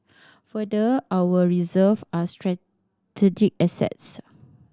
further our reserve are strategic assets